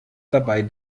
dabei